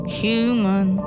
human